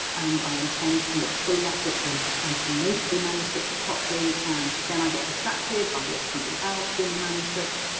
and i intend to look fully at it and um to and to note the manuscript properly and then i get distracted by something else in the manuscript,